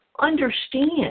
Understand